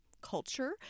culture